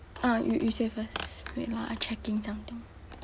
ah you you say first wait ah I checking something